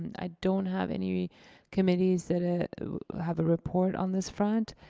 i don't have any committees that ah have a report on this front.